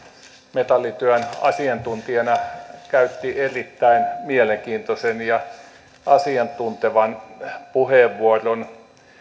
metallityön asiantuntijana käytti erittäin mielenkiintoisen ja asiantuntevan puheenvuoron